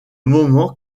moment